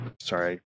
sorry